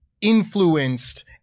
influenced